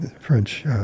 French